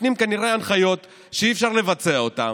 אתם גם נותנים כנראה הנחיות שאי-אפשר לבצע אותן.